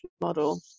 model